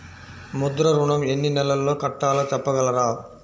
ముద్ర ఋణం ఎన్ని నెలల్లో కట్టలో చెప్పగలరా?